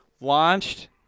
launched